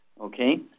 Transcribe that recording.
Okay